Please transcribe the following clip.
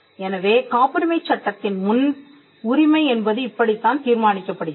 எனவே காப்புரிமைச் சட்டத்தின் முன் உரிமை என்பது இப்படித்தான் தீர்மானிக்கப்படுகிறது